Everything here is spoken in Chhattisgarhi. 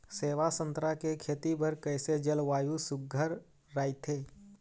सेवा संतरा के खेती बर कइसे जलवायु सुघ्घर राईथे?